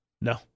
No